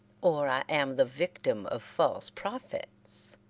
or i am the victim of false prophets,